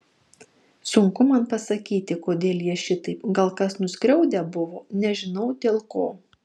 sunku man pasakyti kodėl jie šitaip gal kas nuskriaudę buvo nežinau dėl ko